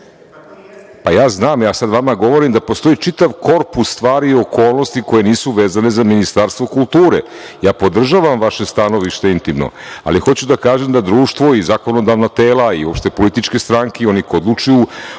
ja znam, ja sad vama govorim da postoji čitav korpus stvari i okolnosti koje nisu vezane za Ministarstvo kulture. Ja podržavam vaše stanovište intimno, ali hoću da kažem da društvo i zakonodavna tela i uopšte političke stranke i oni koji odlučuju